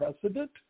precedent